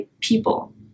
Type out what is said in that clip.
people